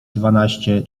dwanaście